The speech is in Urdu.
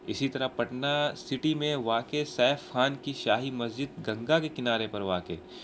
اسی طرح پٹنہ سٹی میں واقع سیف خان کی شاہی مسجد گنگا کے کنارے پر واقع